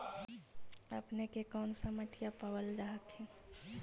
अपने के कौन सा मिट्टीया पाबल जा हखिन?